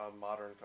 modern